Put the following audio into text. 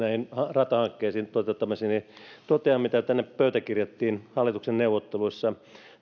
näiden ratahankkeiden toteuttamiseen totean mitä tänne pöytäkirjattiin hallituksen neuvotteluissa